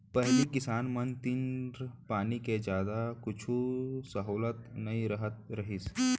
पहिली किसान मन तीर पानी के जादा कुछु सहोलत नइ रहत रहिस